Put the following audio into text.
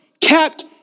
kept